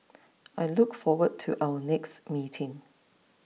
I look forward to our next meeting